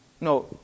No